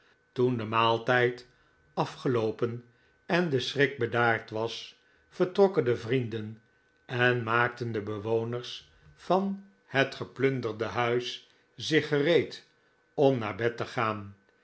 toen de maaltijd afgeloopen en de schrik bedaard was vertrokken de vrienden en maakten de bewoners van het geplunderde huis zich gereed om naar bed te gaan